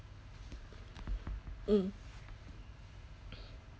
mm